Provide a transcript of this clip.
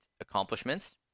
accomplishments